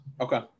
Okay